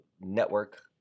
network